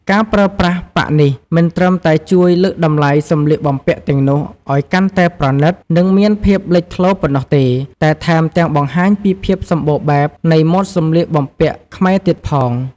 ការប្រើប្រាស់ប៉ាក់នេះ មិនត្រឹមតែជួយលើកតម្លៃសម្លៀកបំពាក់ទាំងនោះឱ្យកាន់តែប្រណិត និងមានភាពលេចធ្លោប៉ុណ្ណោះទេ តែថែមទាំងបង្ហាញពីភាពសម្បូរបែបនៃម៉ូដសម្លៀកបំពាក់ខ្មែរទៀតផង។